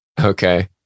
okay